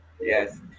Yes